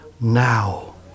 now